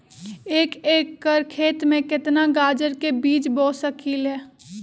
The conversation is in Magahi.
एक एकर खेत में केतना गाजर के बीज बो सकीं ले?